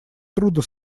трудно